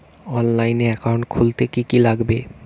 অনলাইনে একাউন্ট খুলতে কি কি লাগবে?